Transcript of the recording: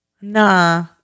Nah